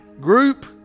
group